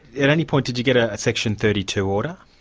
at any point did you get a a section thirty two order?